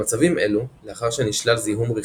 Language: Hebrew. במצבים אלו, לאחר שנשלל זיהום רחמי,